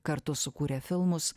kartu sukūrė filmus